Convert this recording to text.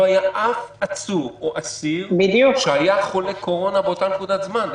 לא היה אף עצור או עציר שהיה חולה קורונה באותה נקודת זמן.